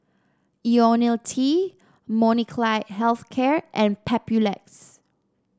IoniL T Molnylcke Health Care and Papulex